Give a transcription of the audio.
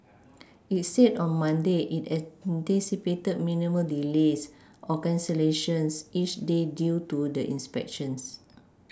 it said on Monday it anticipated minimal delays or cancellations each day due to the inspections